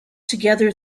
together